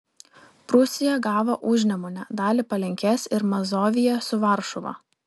prūsija gavo užnemunę dalį palenkės ir mazoviją su varšuva